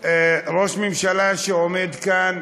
ראש ממשלה שעומד כאן,